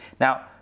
Now